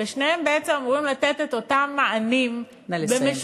ושניהם בעצם אמורים לתת את אותם מענים במשותף,